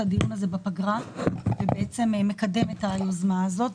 הדיון הזה בפגרה ואתה מקדם את היוזמה הזאת.